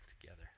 together